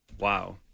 Wow